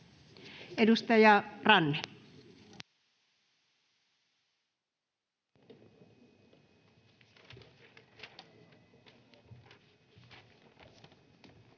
Edustaja Ranne.